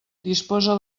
dispose